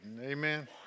Amen